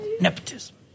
Nepotism